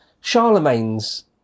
charlemagne's